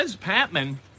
Patman